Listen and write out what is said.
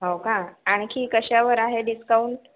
हो का आणखी कशावर आहे डिस्काउंट